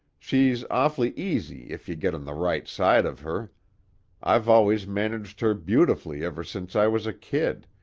she's awfully easy if you get on the right side of her i've always managed her beautifully ever since i was a kid,